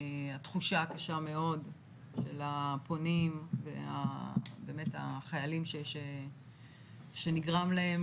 התחושה הקשה מאוד של הפונים והחיילים שנגרם להם